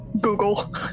Google